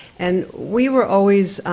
and we were always